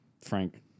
Frank